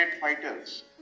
fighters